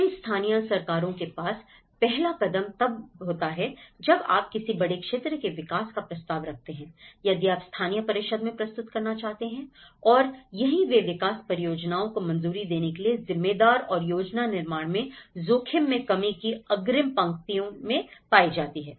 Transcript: इन स्थानीय सरकारों के पास पहला कदम तब होता है जब आप किसी बड़े क्षेत्र के विकास का प्रस्ताव रखते हैं यदि आप स्थानीय परिषद में प्रस्तुत करना चाहते हैं और यहीं वे विकास परियोजनाओं को मंजूरी देने के लिए जिम्मेदार और योजना निर्माण में जोखिम में कमी की अग्रिम पंक्ति में पाई जाती हैं